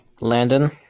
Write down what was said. Landon